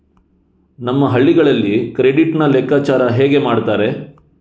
ನಮ್ಮ ಹಳ್ಳಿಗಳಲ್ಲಿ ಕ್ರೆಡಿಟ್ ನ ಲೆಕ್ಕಾಚಾರ ಹೇಗೆ ಮಾಡುತ್ತಾರೆ?